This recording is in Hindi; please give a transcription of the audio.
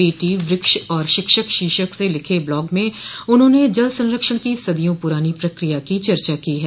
बेटी व्रक्ष और शिक्षक शीर्षक से लिखे ब्लॉग में उन्होंने जल संरक्षण की सदियों पुरानी प्रक्रिया की चर्चा की है